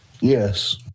Yes